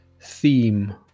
theme